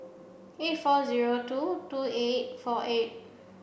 eight four zero two two eight four eight